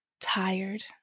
tired